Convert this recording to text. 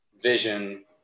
vision